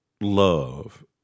love